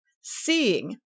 Seeing